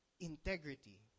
integrity